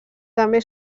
també